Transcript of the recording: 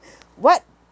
what